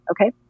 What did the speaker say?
Okay